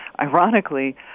ironically